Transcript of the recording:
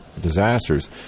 disasters